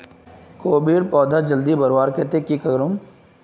कोबीर पौधा जल्दी बढ़वार केते की करूम?